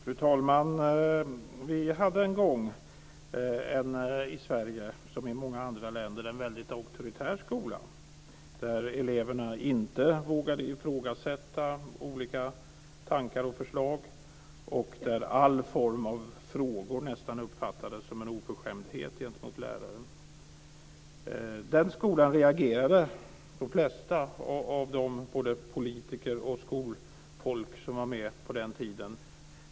Fru talman! Vi hade en gång i Sverige som i många andra länder en väldigt auktoritär skola, där eleverna inte vågade ifrågasätta olika tankar och förslag och där all form av frågor nästan uppfattades som en oförskämdhet gentemot läraren. Den skolan reagerade de flesta politiker och skolfolk på som var med på den tiden.